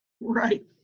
Right